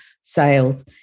sales